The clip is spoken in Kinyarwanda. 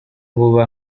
vuba